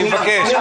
אני מבקש,